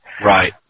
Right